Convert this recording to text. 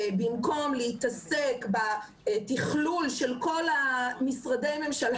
במקום להתעסק בתכלול של כל משרדי הממשלה